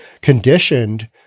conditioned